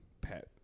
pet